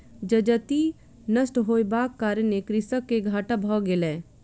जजति नष्ट होयबाक कारणेँ कृषक के घाटा भ गेलै